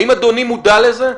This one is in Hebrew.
האם אדוני מודע לזה?